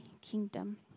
kingdom